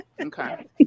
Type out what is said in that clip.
Okay